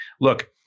Look